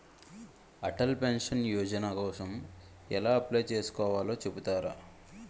Atal pension Yojana కోసం ఎలా apply చేసుకోవాలో చెపుతారా?